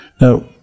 now